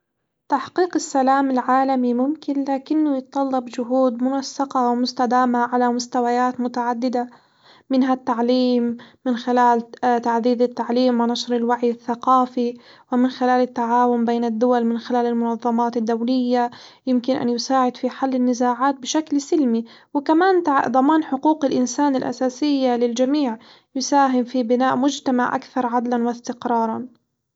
تحقيق السلام العالمي ممكن، لكنه يتطلب جهود منسقة ومستدامة على مستويات متعددة، منها التعليم من خلال تعديد التعليم ونشر الوعي الثقافي، ومن خلال التعاون بين الدول من خلال المنظمات الدولية يمكن أن يساعد في حل النزاعات بشكل سلمي، وكمان ضمان حقوق الإنسان الأساسية للجميع، يساهم في بناء مجتمع أكثر عدلًا واستقرارًا.